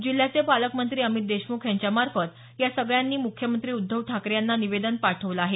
जिल्ह्याचे पालकमंत्री अमित देशमुख यांच्यामार्फत या सगळ्यांनी मुख्यमंत्री उद्धव ठाकरे यांना निवेदन पाठवलं आहे